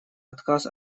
отказ